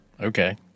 okay